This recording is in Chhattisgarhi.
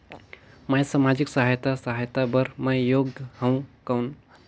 मैं समाजिक सहायता सहायता बार मैं योग हवं कौन?